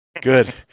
good